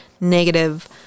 negative